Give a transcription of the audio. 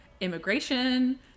immigration